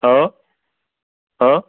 हो हो